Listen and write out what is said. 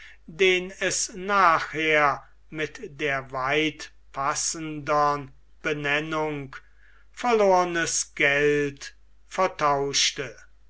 den es nachher mit der weit passendern benennung verlornes geld vertauschte